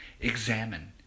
Examine